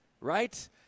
right